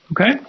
okay